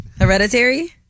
hereditary